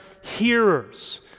hearers